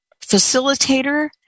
facilitator